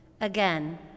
Again